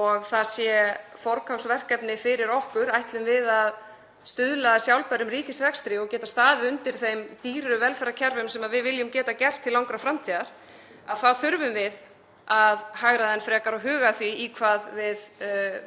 og það sé forgangsverkefni fyrir okkur, ef við ætlum að stuðla að sjálfbærum ríkisrekstri og geta staðið undir þeim dýru velferðarkerfum sem við viljum geta gert til langrar framtíðar, að hagræða enn frekar og huga að því í hvað við